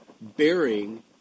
bearing